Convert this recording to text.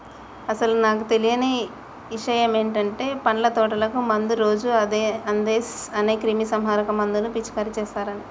అసలు నాకు తెలియని ఇషయమంటే పండ్ల తోటకు మందు రోజు అందేస్ అనే క్రిమీసంహారక మందును పిచికారీ చేస్తారని